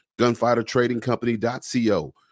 gunfightertradingcompany.co